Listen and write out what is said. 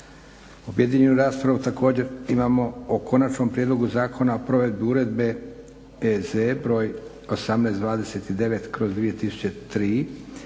Objedinjenju raspravu također imamo o Konačni prijedlog zakona o provedbi uredbe (EZ) br. 1829/2003